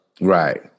Right